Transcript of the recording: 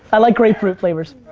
i like grapefruit flavors.